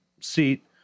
seat